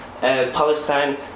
Palestine